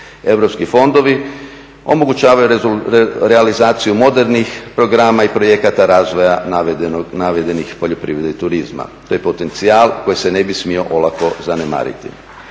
Europski fondovi omogućavaju realizaciju modernih programa i projekata projekata navedenih poljoprivrede i turizma, to je potencijal koji se ne bi smio olako zanemariti.